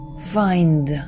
find